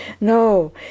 No